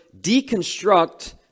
deconstruct